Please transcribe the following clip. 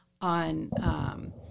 on